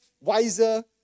wiser